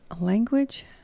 Language